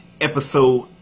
Episode